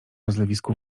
rozlewisku